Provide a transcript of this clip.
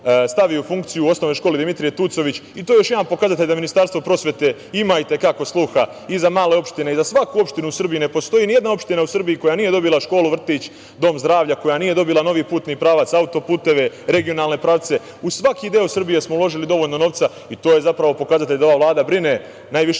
stavi u funkciju, i to je još jedan pokazatelj da Ministarstvo prosvete ima i te kako sluha i za male opštine i za svaku opštinu. Ne postoji ni jedna opština u Srbiji koja nije dobila školu, vrtić, dom zdravlja, koja nije dobila novi putni pravac, autoputeve, regionalne pravce. U svaki deo Srbije smo uložili dovoljno novca, i to je zapravo pokazatelj da ova Vlada brine najviše